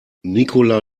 nicola